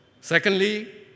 Secondly